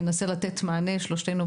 ואנחנו שלושתנו ננסה לתת מענה על הדברים.